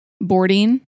boarding